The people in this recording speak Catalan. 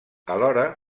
alhora